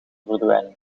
verdwijning